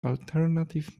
alternative